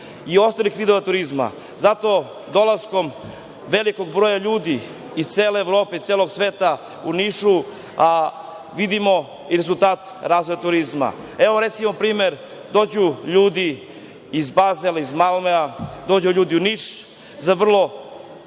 i ostalih vidova turizma. Zato dolaskom velikog broja ljudi iz cele Evrope, iz celog svega, u Nišu vidimo i rezultat razvoja turizma. Na primer, dođu ljudi iz Bazela, iz Malmea, dođu ljudi u Niš za vrlo